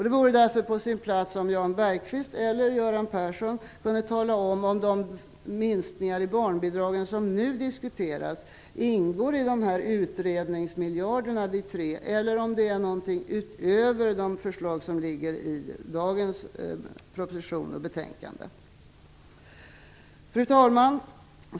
Det vore därför på sin plats om Jan Bergqvist eller Göran Persson kunde tala om för oss om de minskningar i barnbidragen som nu diskuteras ingår i de 3 utredningsmiljarderna eller om det finns något utöver de förslag som finns i dagens proposition och betänkande. Fru talman!